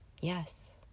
yes